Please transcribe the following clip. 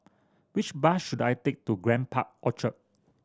which bus should I take to Grand Park Orchard